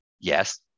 yes